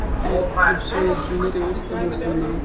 کہِ یِم سٲنۍ جوٗنیر ٲسۍ تِم ٲسۍ وَنان